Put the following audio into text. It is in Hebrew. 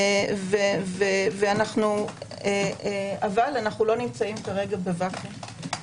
אך אנו לא נמצאים בוואקום כרגע.